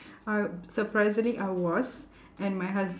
I surprisedly I was and my hus~